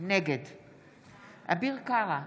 אינה נוכחת אביר קארה,